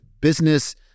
business